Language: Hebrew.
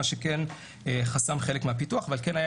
מה שכן חסם חלק מהפיתוח אבל כן הייתה